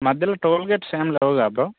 మధ్యలో టోల్గేట్స్ ఏం లేవుగా బ్రో